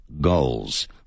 goals